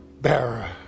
bearer